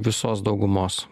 visos daugumos